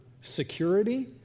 security